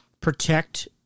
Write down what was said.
protect